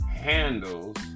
handles